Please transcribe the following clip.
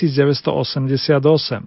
1988